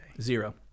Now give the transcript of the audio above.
Zero